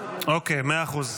רגע, מאה אחוז.